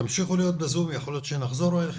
תמשיכו להיות בזום ויכול להיות שנחזור אליכם.